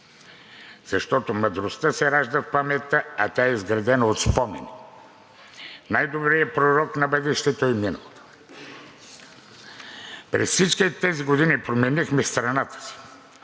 Защото мъдростта се ражда в паметта, а тя е изградена от спомени. Най-добрият пророк на бъдещето е миналото. През всичките тези години променяхме страната си,